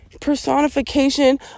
personification